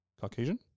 Caucasian